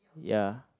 ya